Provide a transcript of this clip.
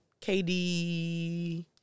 KD